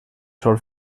sol